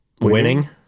Winning